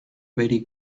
very